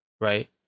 right